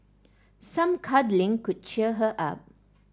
some cuddling could cheer her up